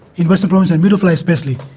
in western province in middle fly especially.